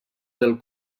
del